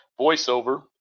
voiceover